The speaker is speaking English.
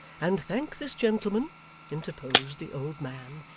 and thank this gentleman interposed the old man,